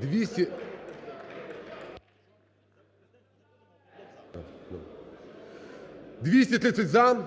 230 – "за".